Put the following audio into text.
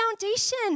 foundation